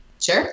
Sure